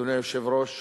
אדוני היושב-ראש,